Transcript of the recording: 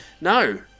No